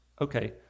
Okay